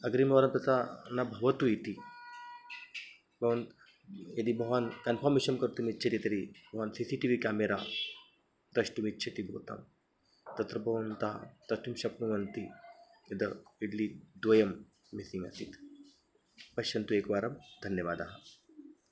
अग्रिमवारं तथा न भवतु इति भवान् यदि भवान् कन्फर्मेषन् कर्तुमिच्छति तर्हि भवान् C C T V camera द्रष्टुमिच्छति भवतां तत्र भवन्तः द्रष्टुं शक्नुवन्ति यद् इड्ली द्वयं मिस्सिङ्ग् आसीत् पश्यन्तु एकवारं धन्यवादः